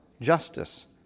justice